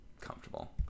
comfortable